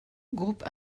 groupe